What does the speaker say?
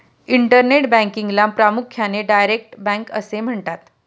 internet बँकिंगला प्रामुख्याने direct bank असे म्हणतात